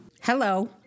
Hello